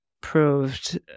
proved